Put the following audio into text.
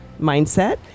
mindset